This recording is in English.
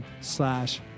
slash